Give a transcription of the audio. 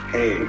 Hey